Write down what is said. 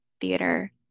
theater